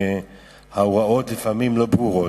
ההוראות לפעמים לא ברורות.